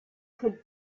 could